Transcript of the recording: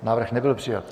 Návrh nebyl přijat.